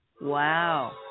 Wow